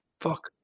fuck